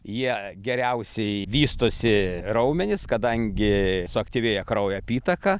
jie geriausiai vystosi raumenys kadangi suaktyvėja kraujo apytaka